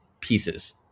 pieces